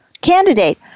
candidate